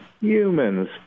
humans